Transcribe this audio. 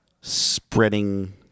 spreading